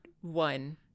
one